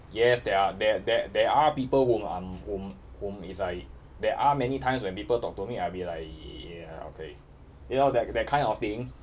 yes there are there there there are people whom I whom whom is like there are many times when people talk to me I be like ya okay you know that that kind of thing